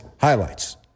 highlights